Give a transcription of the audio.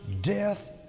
death